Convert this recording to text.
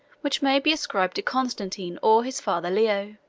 which may be ascribed to constantine or his father leo.